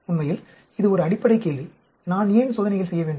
உண்மையில் இது ஒரு அடிப்படை கேள்வி நான் ஏன் சோதனைகள் செய்ய வேண்டும்